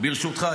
ברשותך,